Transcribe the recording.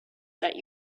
that